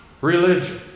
religion